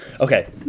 Okay